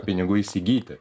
pinigų įsigyti